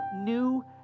new